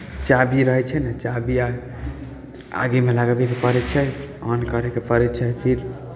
चाभी रहै छै नहि चाभी अर आगेमे लगबयके पड़ैत छै ऑन करयके पड़ै छै फेर